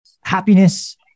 happiness